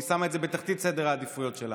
והיא שמה אותו בתחתית סדר העדיפויות שלה.